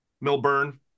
Milburn